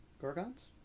Gorgons